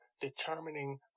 determining